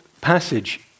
passage